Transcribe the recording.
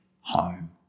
home